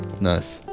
Nice